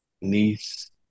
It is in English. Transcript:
Niece